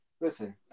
Listen